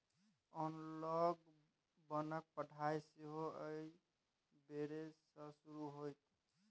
एनलॉग बोनक पढ़ाई सेहो एहि बेर सँ शुरू होएत